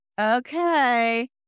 okay